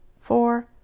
four